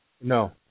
No